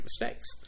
mistakes